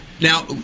Now